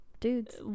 Dudes